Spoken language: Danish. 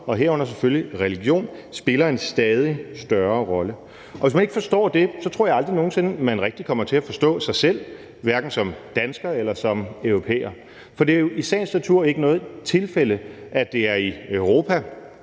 herunder selvfølgelig religion, spiller en stadig større rolle. Hvis ikke man forstår det, tror jeg aldrig nogen sinde man rigtig kommer til at forstå sig selv, hverken som dansker eller som europæer. For det er jo i sagens natur ikke noget tilfælde, at det er i Europa,